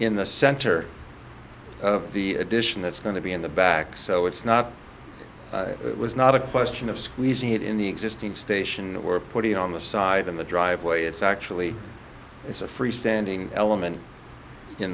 in the center of the addition that's going to be in the back so it's not it was not a question of squeezing it in the existing station or putting on the side in the driveway it's actually it's a free standing element in